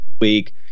week